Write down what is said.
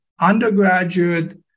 undergraduate